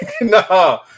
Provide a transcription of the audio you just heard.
no